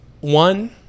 One